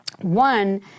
One